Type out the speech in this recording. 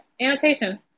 annotation